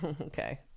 okay